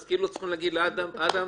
אז כאילו צריך להגיד לאדם: אדם,